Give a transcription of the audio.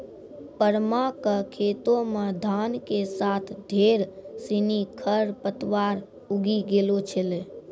परमा कॅ खेतो मॅ धान के साथॅ ढेर सिनि खर पतवार उगी गेलो छेलै